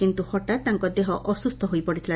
କିନ୍ତୁ ହଠାତ୍ ତାଙ୍କ ଦେହ ଅସୁସ୍ଥ ହୋଇପଡ଼ିଥିଲା